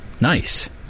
Nice